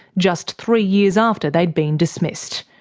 just three years after they'd been dismissed.